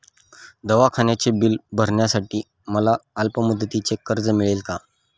दवाखान्याचे बिल भरण्यासाठी मला अल्पमुदतीचे कर्ज मिळेल का?